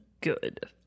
good